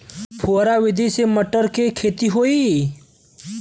फुहरा विधि से मटर के खेती होई